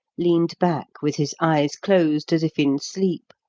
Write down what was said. leaned back with his eyes closed as if in sleep,